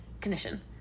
condition